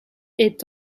est